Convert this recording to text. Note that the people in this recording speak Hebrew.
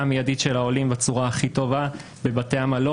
המיידית של העולים בצורה הכי טובה בבתי המלון.